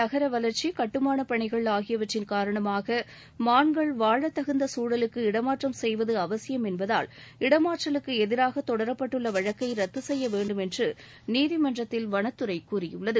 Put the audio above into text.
நகர வளர்ச்சி கட்டுமானப் பணிகள் ஆகியவற்றின் காரணமாக மான்கள் வாழத்தகுந்த சூழலுக்கு இடமாற்றம் செய்வது அவசியம் என்பதால் இடமாற்றலுக்கு எதிராக தொடரப்பட்டுள்ள வழக்கை ரத்து செய்ய வேண்டும் என்று நீதிமன்றத்தில் வனத்துறை கூறியுள்ளது